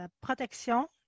protection